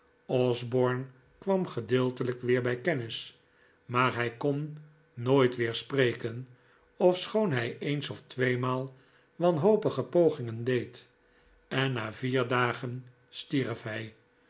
osborne kwam gedeeltelijk weer bij kennis maar hij kon nooit weer spreken ofschoon hij eens of tweemaal wanhopige pogingen deed en na vier dagen stierf hij